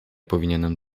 powinienem